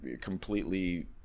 completely